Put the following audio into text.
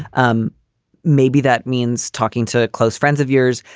um maybe that means talking to close friends of yours.